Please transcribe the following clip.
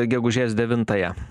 gegužės devintąją